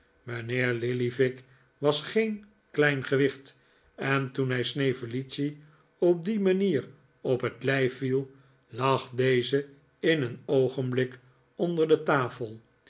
mijnheer lillyvick was geen klein gewicht en toen hij snevellicci op die manier op het lijf viel lag deze in een oogenblik onder de tafel